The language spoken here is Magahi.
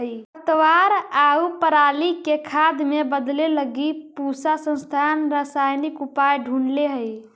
खरपतवार आउ पराली के खाद में बदले लगी पूसा संस्थान रसायनिक उपाय ढूँढ़ले हइ